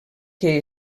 que